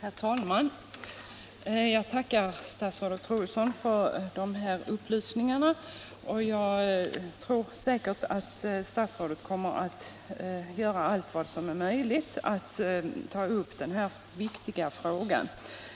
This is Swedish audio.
Herr talman! Jag tackar statsrådet Troedsson för dessa upplysningar. Statsrådet kommer säkerligen att göra allt vad som är möjligt för att lösa denna viktiga fråga.